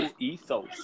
ethos